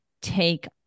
take